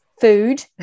food